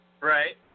Right